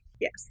Yes